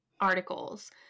articles